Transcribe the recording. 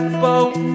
boat